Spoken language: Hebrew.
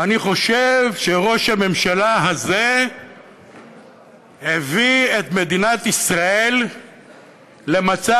אני חושב שראש הממשלה הזה הביא את מדינת ישראל למצב